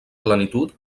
plenitud